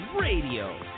Radio